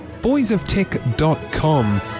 Boysoftech.com